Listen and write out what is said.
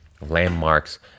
landmarks